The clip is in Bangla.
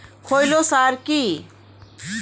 খৈল সার কি?